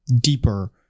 deeper